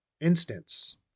instance